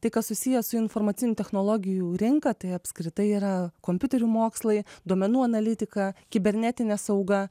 tai kas susiję su informacinių technologijų rinka tai apskritai yra kompiuterių mokslai duomenų analitika kibernetinė sauga